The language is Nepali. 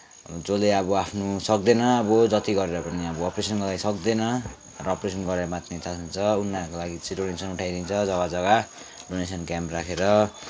जसले अब आफ्नो सक्दैन अब जत्ति गरेर पनि अपरेसन गर्न सक्दैन र अब अपरेसन गरेर बाच्ने चान्स हुन्छ उनीहरूका लागि चाहिँ डोनेसन उठाइदिन्छ जग्गा जग्गा डोनेसन क्याम्प राखेर